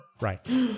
right